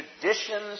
traditions